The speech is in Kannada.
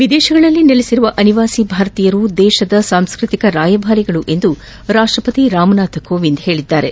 ವಿದೇಶಗಳಲ್ಲಿ ನೆಲೆಸಿರುವ ಅನಿವಾಸಿ ಭಾರತೀಯರು ದೇಶದ ಸಾಂಸ್ನತಿಕ ರಾಯಭಾರಿಗಳು ಎಂದು ರಾಷ್ಷಪತಿ ರಾಮನಾಥ್ ಕೋವಿಂದ್ ಹೇಳಿದ್ದಾರೆ